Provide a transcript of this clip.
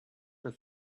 for